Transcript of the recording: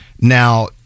Now